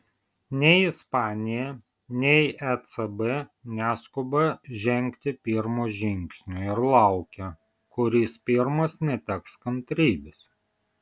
nei ispanija nei ecb neskuba žengti pirmo žingsnio ir laukia kuris pirmas neteks kantrybės